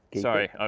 Sorry